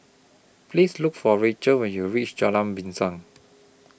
Please Look For Rachel when YOU REACH Jalan Pisang